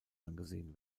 angesehen